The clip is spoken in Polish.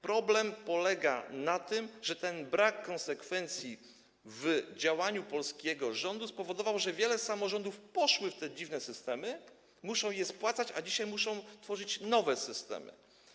Problem polega na tym, że ten brak konsekwencji w działaniu polskiego rządu spowodował, że wiele samorządów w to poszło, jeżeli chodzi o te dziwne systemy, muszą je spłacać, a dzisiaj muszą tworzyć nowe systemy.